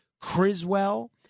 Criswell